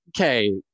okay